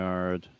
Yard